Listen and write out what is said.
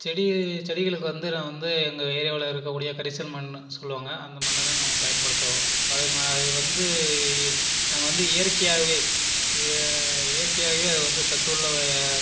செடி செடிகளுக்கு வந்து நான் வந்து எங்கள் ஏரியாவில் இருக்கக்கூடிய கரிசல் மண் சொல்வாங்க அந்த மண்ணை தான் நாங்கள் பயன்படுத்துறோம் அது மாதிரி அது வந்து நாங்கள் வந்து இயற்கையாகவே இயற்கையாகவே அது வந்து சத்து உள்ள